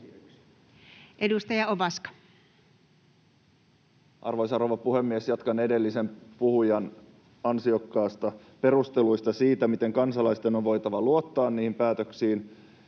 Edustaja Ovaska. Arvoisa rouva puhemies! Jatkan edellisen puhujan ansiokkaista perusteluista, miten kansalaisten on voitava luottaa niihin päätöksiin.